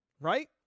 right